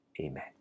Amen